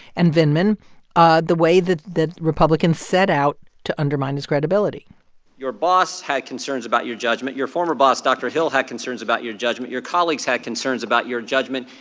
and vindman ah the way that republicans set out to undermine his credibility your boss had concerns about your judgment. your former boss dr. hill had concerns about your judgment. your colleagues had concerns about your judgment.